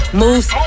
moves